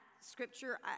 scripture